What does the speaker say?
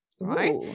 right